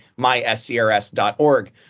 myscrs.org